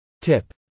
Tip